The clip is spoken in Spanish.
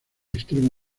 extremo